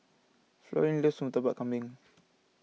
Florine loves Murtabak Kambing